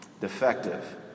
Defective